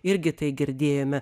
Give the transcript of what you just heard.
irgi tai girdėjome